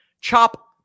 Chop